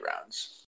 rounds